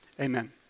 amen